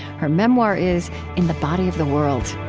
her memoir is in the body of the world